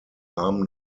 arm